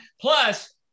plus